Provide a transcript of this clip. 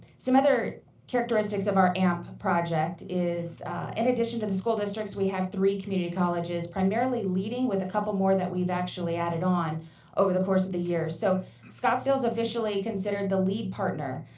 some other characteristics of our amp project is in addition to the school districts, we have three community colleges, primarily leading with a couple more that we've actually added on over the course of the year. so scottsdale is officially considered the lead partner.